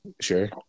sure